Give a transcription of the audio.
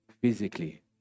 Physically